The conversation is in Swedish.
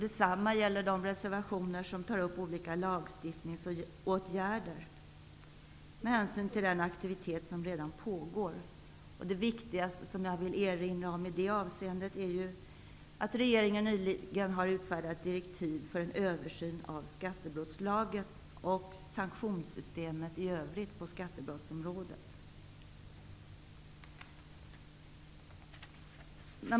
Detsamma gäller med hänsyn till den aktivitet som redan pågår även för de reservationer som tar upp olika lagstiftningsåtgärder. Det viktigaste som jag vill erinra om i det avseendet är att regeringen nyligen har utfärdat direktiv för en översyn av skattebrottslagen och av sanktionssystemet i övrigt på skattebrottsområdet.